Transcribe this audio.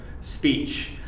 speech